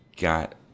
got